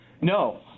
No